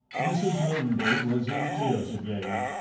mrs. momeby was in tears again.